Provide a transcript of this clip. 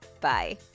bye